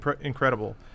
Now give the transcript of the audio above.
incredible